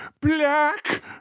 black